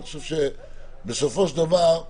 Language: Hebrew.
אני חושב, שבסופו של דבר,